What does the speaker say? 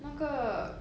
那个